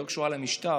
יותר קשורה למשטר.